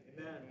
Amen